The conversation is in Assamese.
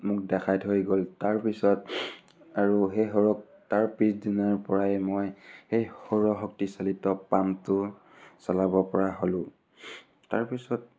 মোক দেখাই থৈ গ'ল তাৰপিছত আৰু সেই সৰ তাৰ পিছদিনাৰ পৰাই মই সেই সৌৰশক্তি চালিত পামটো চলাব পৰা হ'লোঁ তাৰপিছত